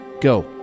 Go